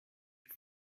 sich